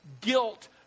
guilt